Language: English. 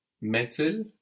Metal